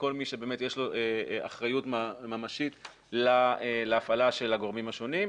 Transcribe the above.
כל מי שבאמת יש לו אחריות ממשית להפעלה של הגורמים השונים,